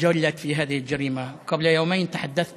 הוכנו בהלם כמו כולם עם הישמע הבשורה המרה והפתאומית